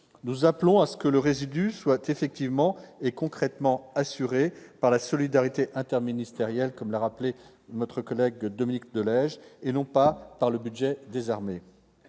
Nous appelons à ce que le reliquat soit effectivement et concrètement assuré par la solidarité interministérielle, comme l'a indiqué Dominique de Legge, et non par le budget des armées.